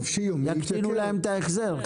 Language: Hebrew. יקטינו להם את ההחזר.